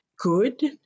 Good